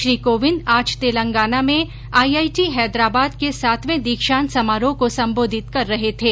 श्री कोविन्द तेलंगाना में आज आईआईटी हैदराबाद के सातवें दीक्षांत समारोह को संबोधित कर रहे थे